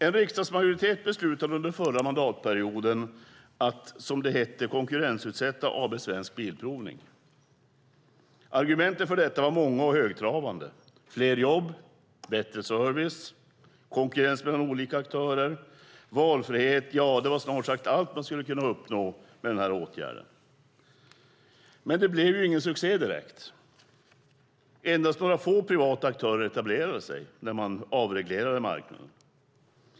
En riksdagsmajoritet beslutade under förra mandatperioden att, som det hette, konkurrensutsätta AB Svensk Bilprovning. Argumenten för detta var många och högtravande: fler jobb, bättre service, konkurrens mellan olika aktörer och valfrihet - ja, man skulle kunna uppnå snart sagt allt med denna åtgärd. Men det blev ingen succé. Endast några få privata aktörer etablerade sig när man avreglerade marknaden.